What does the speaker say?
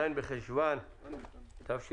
ז' בחשוון תשפ"א.